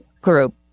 group